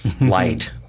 light